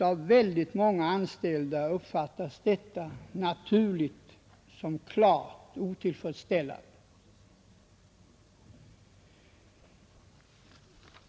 Av väldigt många anställda uppfattas detta helt naturligt som klart otillfredsställande.